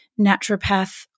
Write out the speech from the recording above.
naturopath